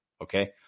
Okay